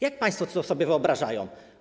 Jak państwo to sobie wyobrażają?